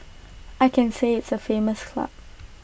I can say it's A famous club